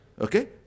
Okay